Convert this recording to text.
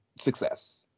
success